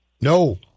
No